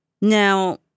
Now